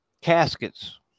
caskets